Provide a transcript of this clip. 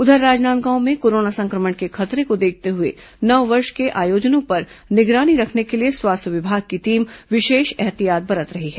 उधर राजनांदगांव में कोरोना संक्रमण के खतरे को देखते हुए नववर्ष के आयोजनों पर निगरानी रखने के लिए स्वास्थ्य विभाग की टीम विशेष एहतियात बरत रही है